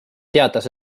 teatas